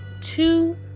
two